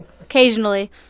Occasionally